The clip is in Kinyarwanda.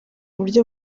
buryo